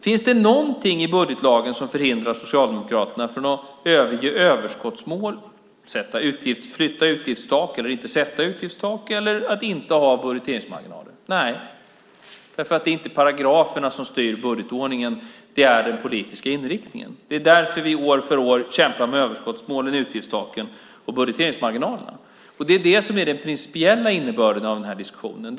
Finns det något i budgetlagen som hindrar Socialdemokraterna från att överge överskottsmål, flytta utgiftstak, inte sätta utgiftstak eller att inte ha budgeteringsmarginaler? Nej, för det är inte paragraferna som styr budgetordningen, det är den politiska inriktningen. Det är därför vi år efter år kämpar med överskottsmålen, utgiftstaken och budgeteringsmarginalerna. Det är den principiella innebörden av den här diskussionen.